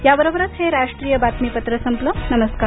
या बरोबरच हे राष्ट्रीय बातमीपत्र संपल नमस्कार